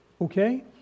Okay